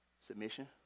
submission